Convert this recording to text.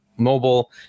Mobile